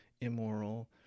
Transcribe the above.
immoral